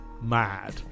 mad